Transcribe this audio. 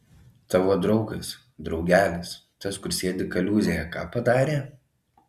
tavo draugas draugelis tas kur sėdi kaliūzėje ką padarė